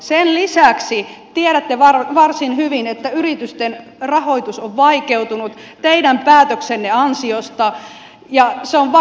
sen lisäksi tiedätte varsin hyvin että yritysten rahoitus on vaikeutunut teidän päätöksenne ansiosta ja se on vakava asia